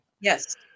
Yes